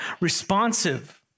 responsive